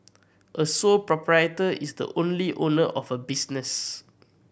a sole proprietor is the only owner of a business